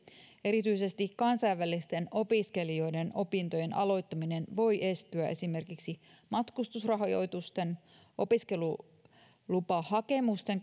erityisesti kansainvälisten opiskelijoiden opintojen aloittaminen voi estyä esimerkiksi matkustusrajoitusten opiskelulupahakemusten